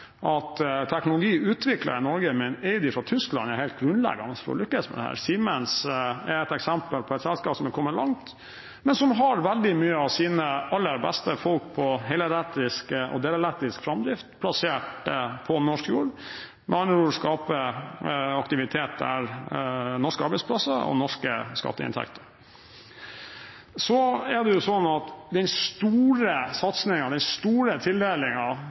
teknologi utviklet i Norge, men som er eid fra Tyskland, er helt grunnleggende for å lykkes med dette. Siemens er et eksempel på et selskap som er kommet langt, men som har veldig mange av sine aller beste folk på helelektrisk og delelektrisk framdrift plassert på norsk jord – med andre ord: skape aktivitet, norske arbeidsplasser og norske skatteinntekter. Den store satsingen, den store tildelingen fra Enova er